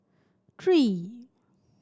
three